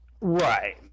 right